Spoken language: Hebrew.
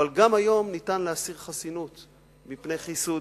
אבל גם היום ניתן להסיר חסינות מפני חיפוש.